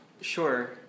Sure